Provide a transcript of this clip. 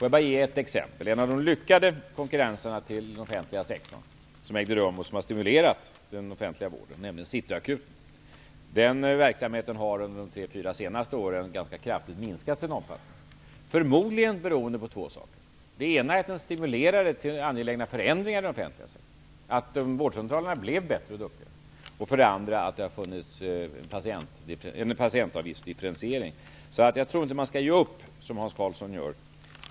Jag vill ge ett exempel på en lyckad konkurrens med den offentliga sektorn. Det handlar om City Akuten. City Akuten har stimulerat den offentliga vården. Under de tre fyra senaste åren har verksamheten minskat ganska kraftigt i omfattning. Förmodligen beror det på två saker. Det ena är att den stimulerade till angelägna förändringar i den offentliga sektorn -- vårdcentralerna blev bättre. Det andra är att det har varit differentiering av patientavgifterna. Jag tror inte att man skall ge upp, som Hans Karlsson gör.